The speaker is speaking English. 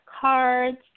cards